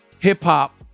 hip-hop